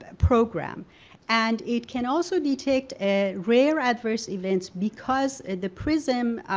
ah program and it can also detect and rare adverse events because the prism